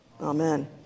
Amen